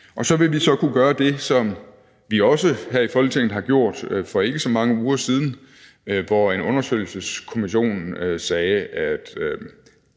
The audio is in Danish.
Så vil vi også kunne gøre det, som vi her i Folketinget har gjort for ikke så mange uger siden, hvor en undersøgelseskommission sagde, at